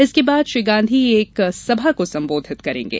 उसके बाद श्री गांधी एक संभा को संबोधित करेंगे